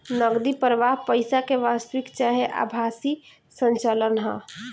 नगदी प्रवाह पईसा के वास्तविक चाहे आभासी संचलन ह